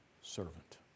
servant